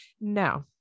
No